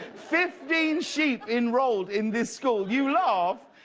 fifteen sheep enrolled in this school. you laugh.